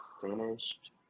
Finished